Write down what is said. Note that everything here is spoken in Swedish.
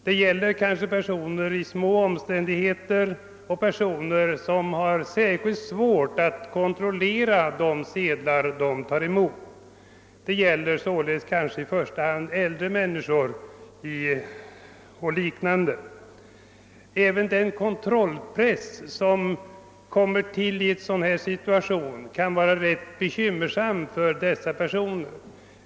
Det kan gälla personer i små omständigheter eller sådana som har särskilt svårt att kontrollera de sedlar de tar emot, i första hand äldre människor och jämförbara kategorier. Även den press som människor känner att behöva kontrollera sedlarna i en situation som den nuvarande kan upplevas som ganska bekymmersam.